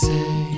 Say